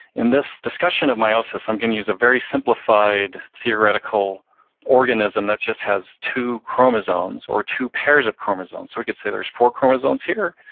in this discussion of meiosis, i'm gonna use a very simplified theoretical organism that just has two chromosomes, or two pairs of chromosomes. so we could say there's four chromosomes here,